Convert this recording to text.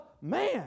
man